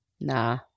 Nah